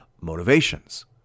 motivations